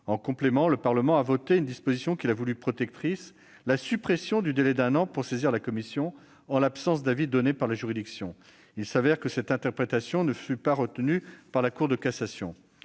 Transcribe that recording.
En complément, le Parlement a voté une disposition qu'il a voulue protectrice : la suppression du délai d'un an pour saisir la commission en l'absence d'avis donné par la juridiction. Il s'avère que cette interprétation n'a pas été retenue par la Cour de cassation.